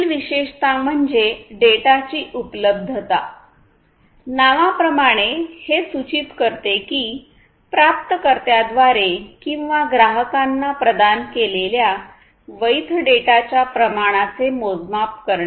पुढील विशेषता म्हणजे डेटाची उपलब्धता नावाप्रमाणे हे सूचित करते की प्राप्तकर्त्याद्वारे किंवा ग्राहकांना प्रदान केलेल्या वैध डेटाच्या प्रमाणाचे मोजमाप करणे